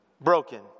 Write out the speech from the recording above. broken